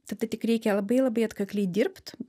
tada tik reikia labai labai atkakliai dirbt